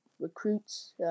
recruits